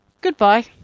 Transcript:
Goodbye